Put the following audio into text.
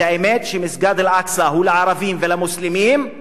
את האמת שמסגד אל-אקצא הוא לערבים ולמוסלמים.